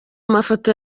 mafoto